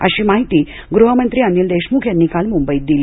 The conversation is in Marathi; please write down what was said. ही माहिती गृहमंत्री अनिल देशमुख यांनी काल मुंबईत दिली